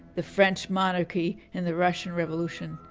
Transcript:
the french monarchy and the russian revolution.